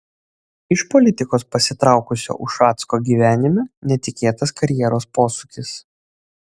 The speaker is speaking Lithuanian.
iš politikos pasitraukusio ušacko gyvenime netikėtas karjeros posūkis